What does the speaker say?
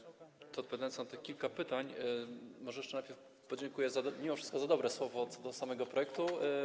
Zanim odpowiem na tych kilka pytań, może jeszcze najpierw podziękuję za mimo wszystko dobre słowo co do samego projektu.